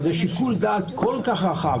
זה תשובה והחלטה במועד אחר.